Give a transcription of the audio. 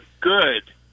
good